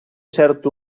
cert